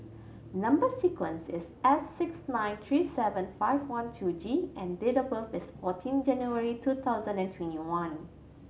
number sequence is S six nine three seven five one two G and date of birth is fourteen January two thousand and twenty one